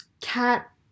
cat